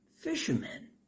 fishermen